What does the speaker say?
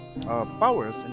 powers